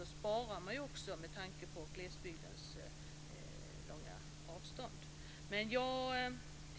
Då sparar man också, med tanke på glesbygdens långa avstånd.